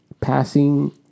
passing